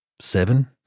seven